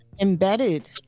embedded